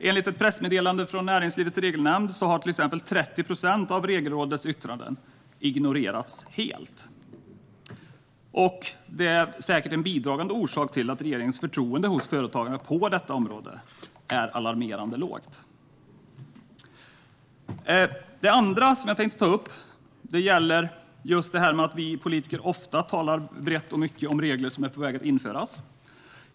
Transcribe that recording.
Enligt ett pressmeddelande från Näringslivets Regelnämnd har till exempel 30 procent av Regelrådets yttranden ignorerats helt. Det är säkert en bidragande orsak till att regeringens förtroende hos företagarna på detta område är alarmerande lågt. Det andra förslaget jag tänkte ta upp gäller just att vi politiker ofta talar brett och mycket om regler som är på väg att införas.